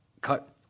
Cut